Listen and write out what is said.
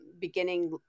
beginning